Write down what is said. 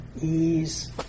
ease